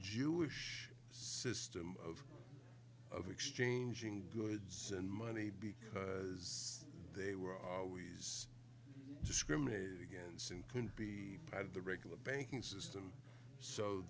jewish system of of exchanging goods and money because they were always discriminated against and couldn't be part of the regular banking system so